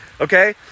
okay